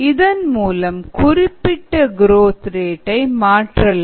இதன் மூலம் குறிப்பிட்ட குரோத் ரேட் மாற்றலாம்